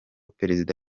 perezida